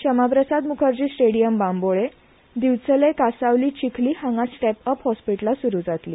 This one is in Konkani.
श्यामाप्रसाद मुखर्जी स्टेडियम दिवचले कांसावली चिखली हांगा स्टेप अप हॉस्पिटलां स्रू जातली